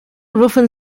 rufen